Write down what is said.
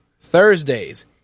Thursdays